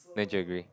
don't you agree